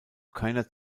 keiner